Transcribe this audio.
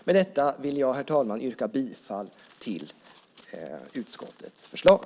Med detta vill jag, herr talman, yrka bifall till utskottets förslag.